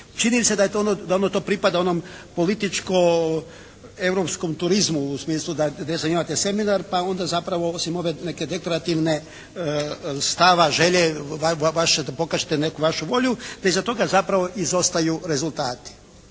ono, da ono to pripada onom političko-europskom turizmu u smislu da ne znam imate seminar, pa onda zapravo osim ove neke deklarativne stava, želje vaše da pokažete neku vašu volju, da iza toga zapravo izostaju rezultati